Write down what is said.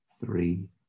three